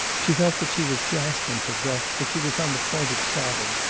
she felt that she was gasping for breath, that she was on the point of sobbing.